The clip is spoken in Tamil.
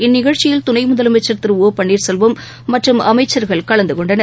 இந்நிகழ்ச்சியில் துணைமுதலமைச்சர் திரு ஓ பன்னீர்செல்வம் மற்றும் அமைச்சர்கள் கலந்துகொண்டனர்